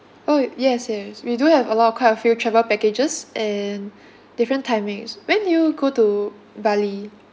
oh yes yes we do have a lot of quite a few travel packages and different timings when did you go to bali